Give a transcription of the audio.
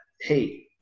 hey